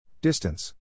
Distance